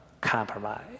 compromise